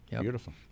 Beautiful